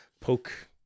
poke